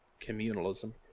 communalism